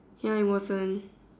ya it wasn't